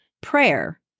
prayer